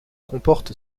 comporte